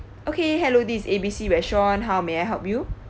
okay hello this is A B C restaurant how may I help you